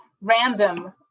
random